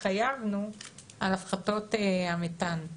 התחייבנו על הפחתות המתאן.